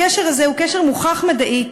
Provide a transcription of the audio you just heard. הקשר הזה הוא קשר מוכח מדעית.